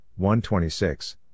1-26